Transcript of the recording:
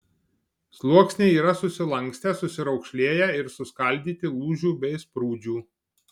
sluoksniai yra susilankstę susiraukšlėję ir suskaldyti lūžių bei sprūdžių